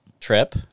trip